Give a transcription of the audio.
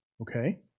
Okay